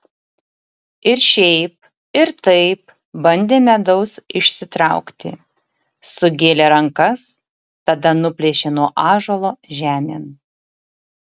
ir šiaip ir taip bandė medaus išsitraukti sugėlė rankas tada nuplėšė nuo ąžuolo žemėn